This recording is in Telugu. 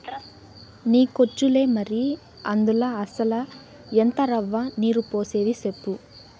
నీకొచ్చులే మరి, అందుల అసల ఎంత రవ్వ, నీరు పోసేది సెప్పు